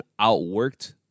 outworked